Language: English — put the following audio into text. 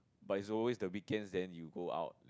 but it's always the weekends then you go out then